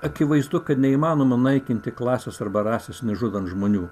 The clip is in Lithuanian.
akivaizdu kad neįmanoma naikinti klasės arba rasės nužudant žmonių